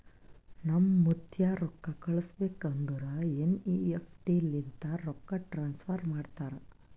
ನಮ್ ಮುತ್ತ್ಯಾ ರೊಕ್ಕಾ ಕಳುಸ್ಬೇಕ್ ಅಂದುರ್ ಎನ್.ಈ.ಎಫ್.ಟಿ ಲಿಂತೆ ರೊಕ್ಕಾ ಟ್ರಾನ್ಸಫರ್ ಮಾಡ್ತಾರ್